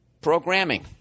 Programming